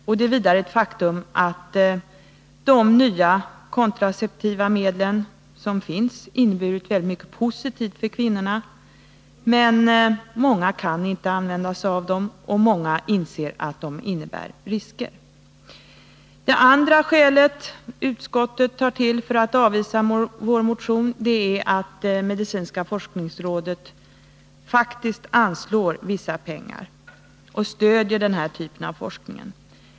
Det är vidare ett faktum att de nya kontraceptiva medlen inneburit mycket positivt för kvinnorna. Men det är också ett faktum att många kvinnor inte kan använda sig av dem, och många inser att de innebär risker. För det andra hänvisar utskottet när man avstyrker vår motion till att medicinska forskningsrådet faktiskt anslår vissa pengar och stödjer den här typen av forskning.